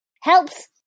Helps